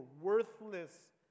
worthless